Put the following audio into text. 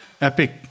epic